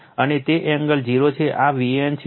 અને તે એંગલ 0 છે આ Van છે